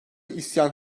isyan